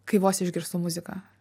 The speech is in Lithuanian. kai vos išgirstu muziką